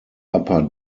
upper